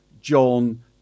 John